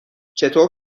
چطور